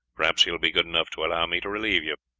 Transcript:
perhaps he will be good enough to allow me to relieve you.